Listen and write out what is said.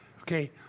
Okay